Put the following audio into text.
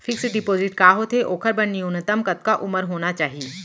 Fix deposit का होथे ओखर बर न्यूनतम कतका उमर होना चाहि?